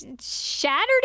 shattered